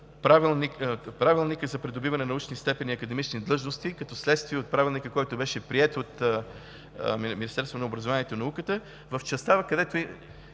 Правилника за придобиване на научни степени и академични длъжности като следствие от Правилника, който беше приет от Министерството на образованието и науката, в частта, където бяха